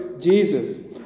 Jesus